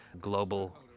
global